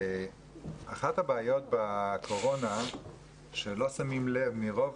אחת הבעיות בקורונה שלא שמים לב מרוב